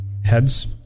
Heads